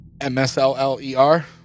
M-S-L-L-E-R